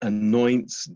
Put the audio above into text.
anoints